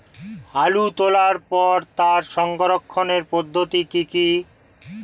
আলু তোলার পরে তার সংরক্ষণের পদ্ধতি কি কি?